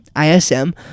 ISM